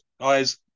Guys